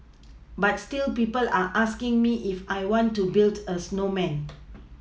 but still people are asking me if I want to build a snowman